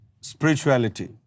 spirituality